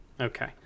okay